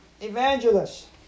evangelists